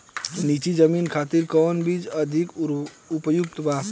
नीची जमीन खातिर कौन बीज अधिक उपयुक्त बा?